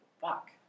fuck